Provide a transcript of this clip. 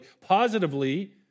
Positively